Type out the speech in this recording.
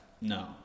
No